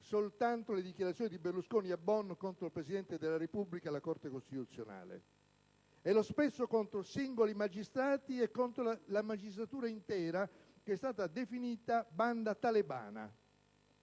soltanto le dichiarazioni di Berlusconi a Bonn contro il Presidente della Repubblica e la Corte costituzionale) oltre allo sprezzo contro singoli magistrati e contro la magistratura intera, che è stata definita «banda talebana».